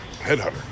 Headhunter